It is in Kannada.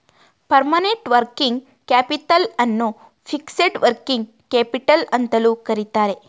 ಪರ್ಮನೆಂಟ್ ವರ್ಕಿಂಗ್ ಕ್ಯಾಪಿತಲ್ ಅನ್ನು ಫಿಕ್ಸೆಡ್ ವರ್ಕಿಂಗ್ ಕ್ಯಾಪಿಟಲ್ ಅಂತಲೂ ಕರಿತರೆ